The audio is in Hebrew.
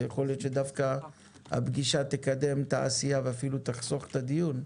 יכול להיות שהפגישה תקדם את העשייה ואפילו תחסוך את הדיון.